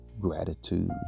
gratitude